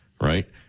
Right